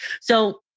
So-